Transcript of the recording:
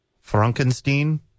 Frankenstein